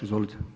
Izvolite.